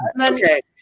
okay